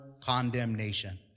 condemnation